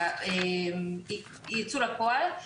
יצאו לפעול.